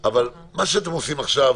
אבל מה שאתם עושים עכשיו,